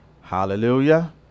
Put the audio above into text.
Hallelujah